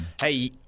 Hey